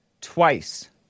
twice